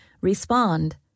respond